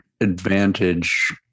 advantage